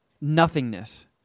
nothingness